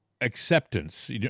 acceptance